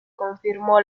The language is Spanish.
confirmó